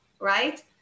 right